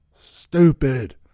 stupid